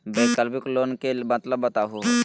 वैकल्पिक लोन के मतलब बताहु हो?